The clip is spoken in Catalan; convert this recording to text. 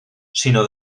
sinó